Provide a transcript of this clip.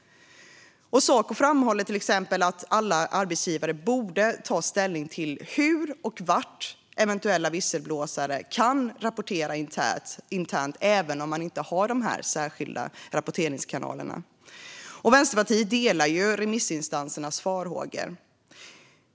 Saco framhåller exempelvis att alla arbetsgivare borde ta ställning till hur och vart eventuella visselblåsare kan rapportera internt, även om man inte har dessa särskilda rapporteringskanaler. Vänsterpartiet delar remissinstansernas farhågor.